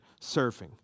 surfing